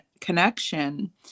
connection